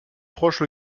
proches